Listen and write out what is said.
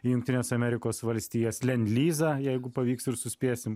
į jungtines amerikos valstijas lendlizą jeigu pavyks ir suspėsim šuoliais per